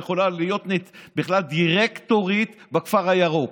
יכולה להיות בכלל דירקטורית בכפר הירוק,